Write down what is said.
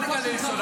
אל תגלה לי סוד,